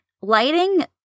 lighting